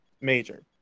Major